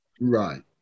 Right